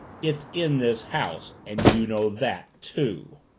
it's in this house and you know that, too!